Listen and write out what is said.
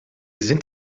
sind